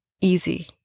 Easy